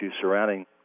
surrounding